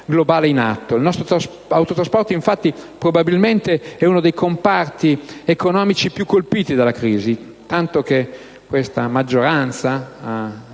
globale in atto: il nostro autotrasporto, infatti, è probabilmente uno dei comparti economici più colpiti dalla crisi, tanto che questa maggioranza ha